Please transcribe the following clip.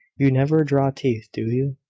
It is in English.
you never draw teeth, do you?